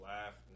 Laugh